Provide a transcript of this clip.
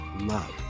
love